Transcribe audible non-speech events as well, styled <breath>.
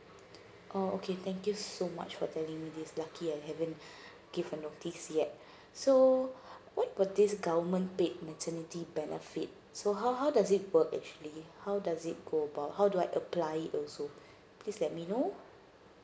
oh okay thank you so much for telling me this lucky I haven't <breath> give a notice yet <breath> so what was this government paid maternity benefit so how how does it work actually how does it go about how do I apply it also please let me know